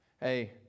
hey